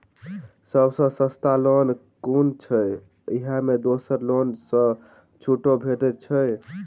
सब सँ सस्ता लोन कुन अछि अहि मे दोसर लोन सँ छुटो भेटत की?